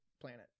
planet